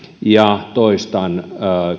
ja toistan